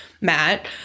Matt